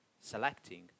selecting